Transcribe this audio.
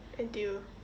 N_T_U